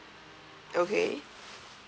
okay